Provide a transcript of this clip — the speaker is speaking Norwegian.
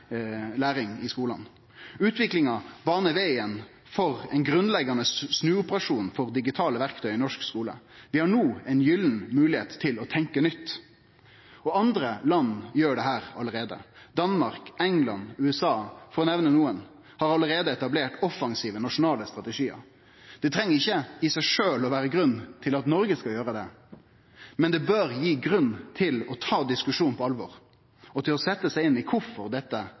i skulane. Utviklinga banar vegen for ein grunnleggjande snuoperasjon for digitale verktøy i norsk skule. Vi har no ei gyllen moglegheit til å tenkje nytt, og andre land gjer det alt. Danmark, England og USA, for å nemne nokre, har alt etablert offensive nasjonale strategiar. Det treng ikkje i seg sjølv vere grunn til at Noreg skal gjere det. Men det bør gje grunn til å ta diskusjonen på alvor og til å setje seg inn i kvifor dette